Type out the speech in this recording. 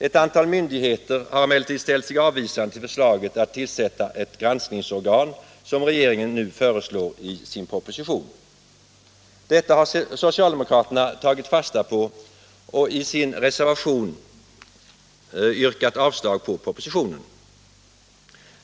Ett antal myndigheter har emellertid ställt sig avvisande till förslaget att tillsätta ett granskningsorgan, som regeringen nu föreslår i sin proposition. Socialdemokraterna har tagit fasta på detta och i sin reservation yrkat avslag på propositionen.